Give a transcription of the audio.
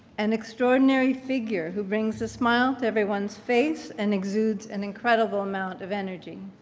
an extraordinary figure who brings a smile to everyone's face, and exudes an incredible amount of energy.